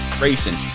racing